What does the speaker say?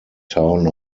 town